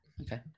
Okay